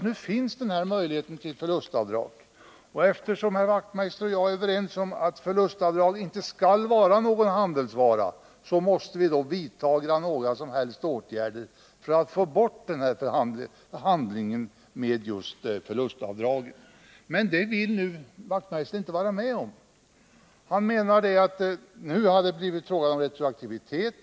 Nu finns den här möjligheten till förlustavdrag, och eftersom herr Wachtmeister och jag är överens om att förlustavdrag inte skall vara någon handelsvara, så måste vi vidta åtgärder för att få bort handeln med förlustavdrag. Men det vill herr Wachtmeister nu inte vara med om. Han menar att nu har det blivit fråga om retroaktivitet.